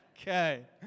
Okay